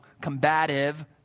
combative